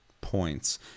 points